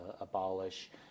abolish